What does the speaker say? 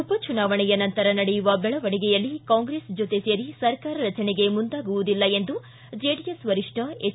ಉಪ ಚುನಾವಣೆಯ ನಂತರ ನಡೆಯುವ ಬೆಳೆವಣಿಗೆಯಲ್ಲಿ ಕಾಂಗ್ರೆಸ್ ಜೊತೆ ಸೇರಿ ಸರಕಾರ ರಚನೆಗೆ ಮುಂದಾಗುವುದಿಲ್ಲ ಎಂದು ಜೆಡಿಎಸ್ ವರಿಷ್ಠ ಎಚ್